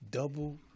Double